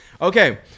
Okay